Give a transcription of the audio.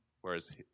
Whereas